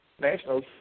Nationals